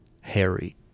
Harry